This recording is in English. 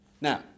Now